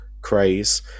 craze